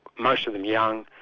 most of them young,